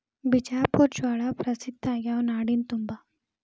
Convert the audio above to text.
ಬಿಜಾಪುರ ಜ್ವಾಳಾ ಪ್ರಸಿದ್ಧ ಆಗ್ಯಾವ ನಾಡಿನ ತುಂಬಾ